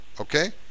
okay